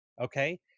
okay